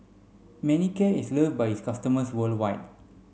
Manicare is love by its customers worldwide